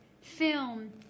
film